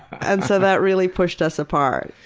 and so that really pushed us apart.